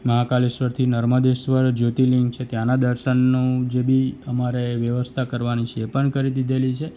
મહાકાલેશ્વરથી નર્મદેશ્વર જ્યોતિર્લિંગ છે ત્યાંના દર્શનનું જે બી અમારે વ્યવસ્થા કરવાની છે એ પણ કરી દીધેલી છે